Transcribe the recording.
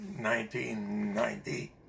1990